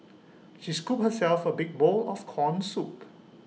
she scooped herself A big bowl of Corn Soup